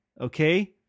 okay